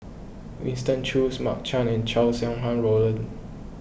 Winston Choos Mark Chan and Chow Sau Hai Roland